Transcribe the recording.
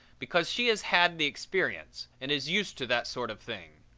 because she has had the experience and is used to that sort of thing,